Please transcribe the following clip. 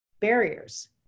barriers